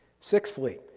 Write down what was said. Sixthly